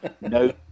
no